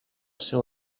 seu